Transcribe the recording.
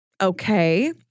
okay